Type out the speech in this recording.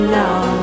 now